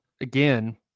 again